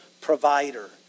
provider